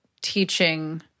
teaching